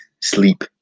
sleep